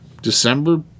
December